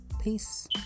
Peace